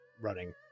running